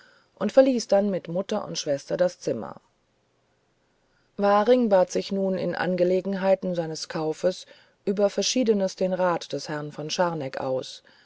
und verließ dann mit mutter und schwester das zimmer waring bat sich nun in angelegenheiten seines kaufs über verschiedenes den rat des herrn von scharneck aus